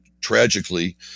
tragically